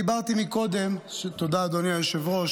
תודה אדוני היושב-ראש.